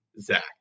Zach